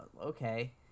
Okay